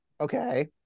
Okay